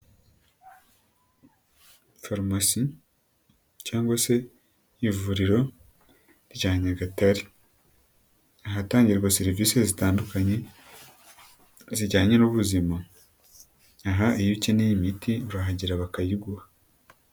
Farumasi cyangwa se Ivuriro rya Nyagatare ahatangirwa serivisi zitandukanye zijyanye n'ubuzima, aha iyo ukeneye imiti urahagera bakayiguha.